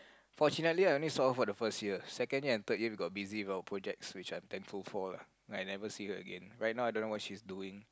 fortunately I only saw her for the first year second year and third year we got busy with our projects which I'm thankful for lah I never see her again right now I don't know what she's doing